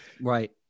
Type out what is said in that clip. Right